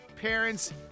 Parents